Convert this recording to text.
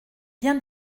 bien